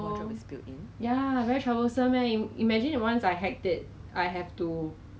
but then 我的 cheese 没有进到那个 sponge 里面我有的是 like on top 而已